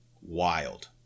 Wild